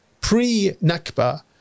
pre-Nakba